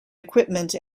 equipment